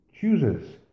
chooses